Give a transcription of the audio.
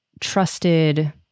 trusted